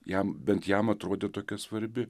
jam bent jam atrodė tokia svarbi